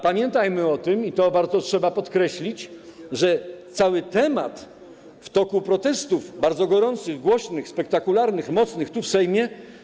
Pamiętajmy o tym - i to trzeba bardzo podkreślić - że cały temat wypłynął w toku protestów, bardzo gorących, głośnych, spektakularnych, mocnych, tu, w Sejmie.